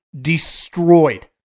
destroyed